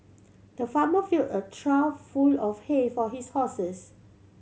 the farmer filled a trough full of hay for his horses